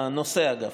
הנושא, אגב.